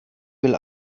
will